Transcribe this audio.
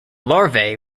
larvae